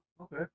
Okay